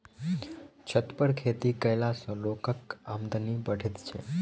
छत पर खेती कयला सॅ लोकक आमदनी बढ़ैत छै